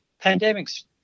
pandemic's